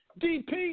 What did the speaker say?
DP